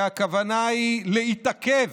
והכוונה היא להתעכב,